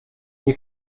nie